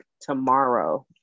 tomorrow